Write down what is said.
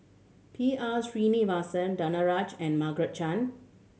P R Sreenivasan Danaraj and Margaret Chan